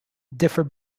differ